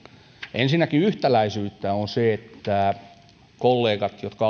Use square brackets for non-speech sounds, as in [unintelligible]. ensinnäkin yhtäläisyyttä on se että kollegoille jotka [unintelligible]